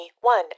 one